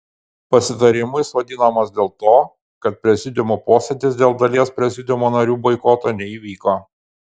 pasitarimu jis vadinamas dėl to kad prezidiumo posėdis dėl dalies prezidiumo narių boikoto neįvyko